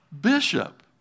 bishop